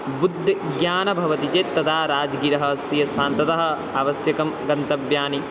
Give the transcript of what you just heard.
बुद्धः ज्ञानं भवति चेत् तदा राज्गिरः अस्ति स्थानं ततः आवश्यकं गन्तव्यानि